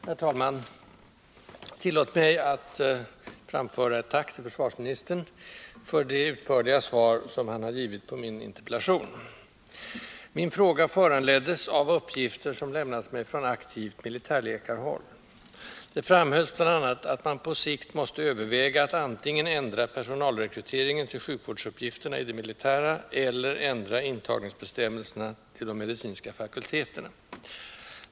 Herr talman! Tillåt mig att framföra ett tack till försvarsministern för det utförliga svar som han har givit på min interpellation. Min fråga föranleddes av uppgifter som lämnats mig från aktivt militärläkarhåll. Det framhölls bl.a. att man på sikt måste överväga att antingen ändra personalrekryteringen till sjukvårdsuppgifterna i det militära eller ändra intagningsbestämmelserna till de medicinska fakulteterna.